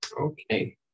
Okay